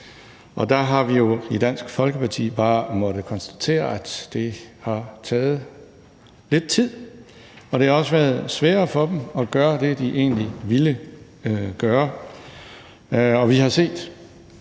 Og der har vi jo i Dansk Folkeparti bare måttet konstatere, at det har taget lidt tid, og det har også været sværere for dem at gøre det, de egentlig ville gøre. Og vi har set,